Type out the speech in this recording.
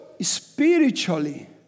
spiritually